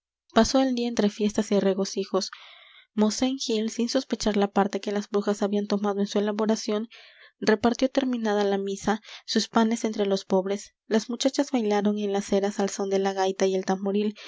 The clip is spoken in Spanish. pasó el día entre fiestas y regocijos mosén gil sin sospechar la parte que las brujas habían tomado en su elaboración repartió terminada la misa sus panes entre los pobres las muchachas bailaron en las eras al son de la gaita y el tamboril